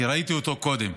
כי ראיתי אותו קודם.